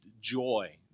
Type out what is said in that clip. joy